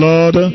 Lord